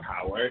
power